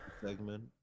segment